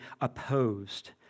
opposed